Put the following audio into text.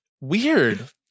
Weird